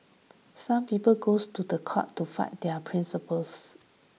some people goes to court to fight their principles